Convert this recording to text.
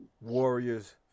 Warriors